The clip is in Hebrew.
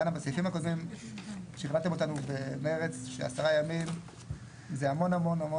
בסעיפים הקודמים שכנעתם אותנו במרץ ש-10 ימים זה המון המון המון